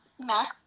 Mac